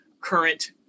current